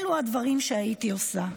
אלו הדברים שהייתי עושה.